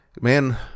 Man